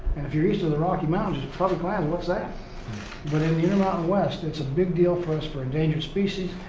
and if you're east of the rocky mountains, public lands, what's that but in the intermountain west, it's a big deal for us for endangered species,